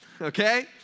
okay